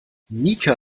mika